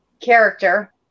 character